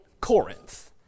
Corinth